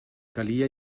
calia